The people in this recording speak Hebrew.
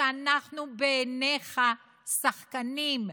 שאנחנו בעיניך שחקנים,